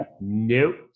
no